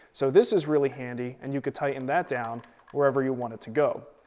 so this is really handy and you can tighten that down wherever you want it to go.